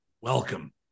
welcome